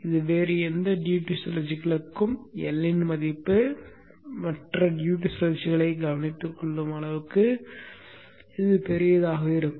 இது வேறு எந்த டியூட்டி சுழற்சிகளுக்கும் L இன் மதிப்பு மற்ற டியூட்டி சுழற்சிகளை கவனித்துக்கொள்ளும் அளவுக்கு பெரியதாக இருக்கும்